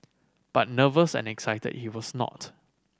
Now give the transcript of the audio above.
but nervous and excited he was not